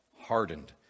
hardened